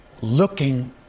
looking